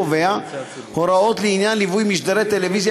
קובע הוראות לעניין ליווי משדרי טלוויזיה